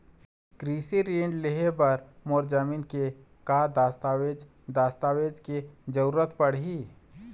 कृषि ऋण लेहे बर मोर जमीन के का दस्तावेज दस्तावेज के जरूरत पड़ही?